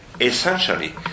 essentially